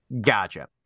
Gotcha